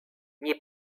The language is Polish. nie